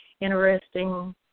Interesting